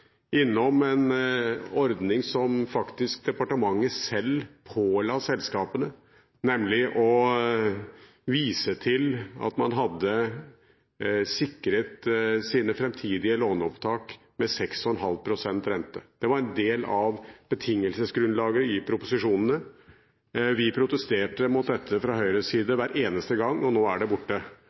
innom en ordning som faktisk departementet selv påla selskapene, nemlig å vise til at man hadde sikret sine framtidige låneopptak med 6,5 pst. rente. Dette var en del av betingelsesgrunnlaget i proposisjonene. Fra Høyres side protesterte vi mot dette hver eneste gang, og nå er det borte.